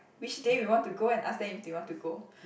which day we want to go and ask them if they want to go